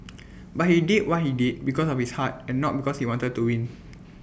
but he did what he did because of his heart and not because he wanted to win